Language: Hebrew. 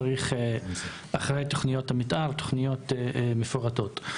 צריך אחרי תוכניות המתאר תוכניות מפורטות.